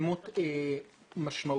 התקדמות משמעותית.